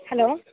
hello